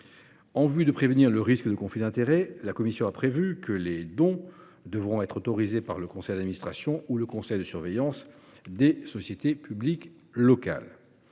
Afin de prévenir tout risque de conflits d'intérêts, la commission a prévu que les dons devront être autorisés par le conseil d'administration ou le conseil de surveillance des sociétés publiques locales.